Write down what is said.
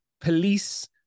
police